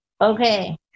Okay